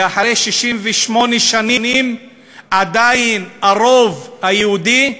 ואחרי 68 שנים עדיין הרוב היהודי,